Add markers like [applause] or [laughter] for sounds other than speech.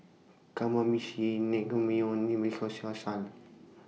Kamameshi Naengmyeon [unintelligible]